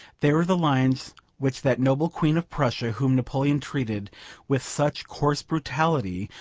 they were the lines which that noble queen of prussia, whom napoleon treated with such coarse brutality,